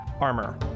armor